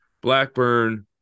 Blackburn